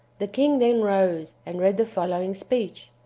the king then rose and read the following speech.